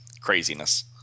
craziness